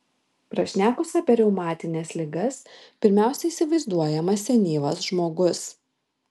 prašnekus apie reumatines ligas pirmiausia įsivaizduojamas senyvas žmogus